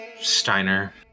Steiner